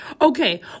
Okay